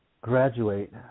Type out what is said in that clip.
graduate